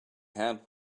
hand